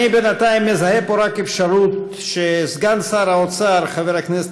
אני בינתיים מזהה פה רק אפשרות שסגן שר האוצר חבר הכנסת